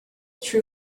true